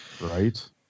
Right